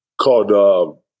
called